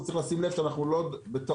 צריך לשים לב שאנו לא בטעות